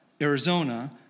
Arizona